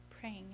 praying